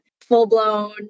full-blown